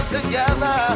together